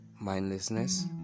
mindlessness